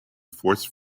force